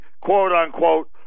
quote-unquote